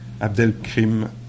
Abdelkrim